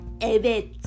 evet